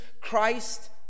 Christ